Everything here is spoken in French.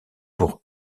pour